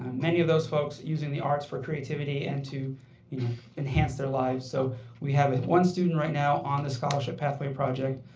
many of those folks using the arts for creativity and to enhance their lives. so we have one student right now on the scholarship pathway project.